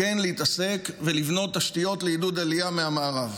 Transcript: כן להתעסק ולבנות תשתיות לעידוד עלייה מהמערב.